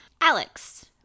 Alex